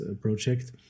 project